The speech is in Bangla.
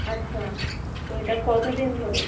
আচ্ছা তো এটা কতদিন ধরে